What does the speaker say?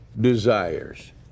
desires